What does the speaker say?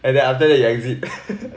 and then after that you exit